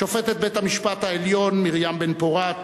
שופטת בית-המשפט העליון מרים בן-פורת